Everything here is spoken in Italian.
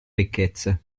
ricchezze